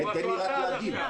תן לי רק להגיב.